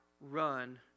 run